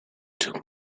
took